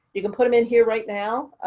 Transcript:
you can put them in here right now.